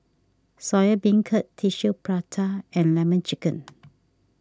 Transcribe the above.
Soya Beancurd Tissue Prata and Lemon Chicken